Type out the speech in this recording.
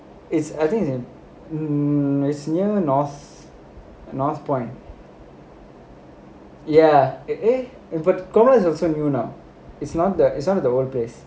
is I think is in is near north north point ya but is also new know it's not the it's one of the workplace